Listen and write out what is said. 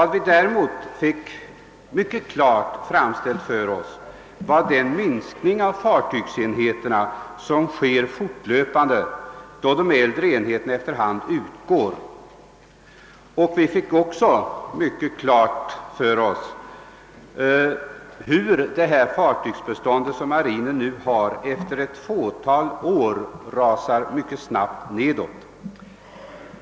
Däremot erhöll vi en redogörelse för den minskning av fartygsenheterna som fortlöpande sker då de äldre enheterna efter hand utgår och som medför att marinens fartygsbestånd efter ett fåtal år rasar mycket snabbt nedåt.